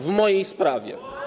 w mojej sprawie?